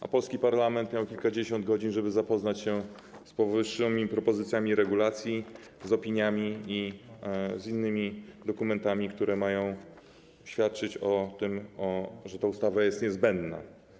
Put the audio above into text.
A polski parlament miał kilkadziesiąt godzin, żeby zapoznać się z powyższymi propozycjami regulacji, z opiniami i z innymi dokumentami, które mają świadczyć o tym, że ta ustawa jest niezbędna.